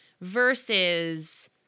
versus